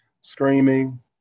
screaming